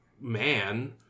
man